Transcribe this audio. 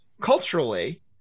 Culturally